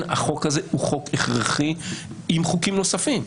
החוק הזה הוא חוק הכרחי עם חוקים נוספים.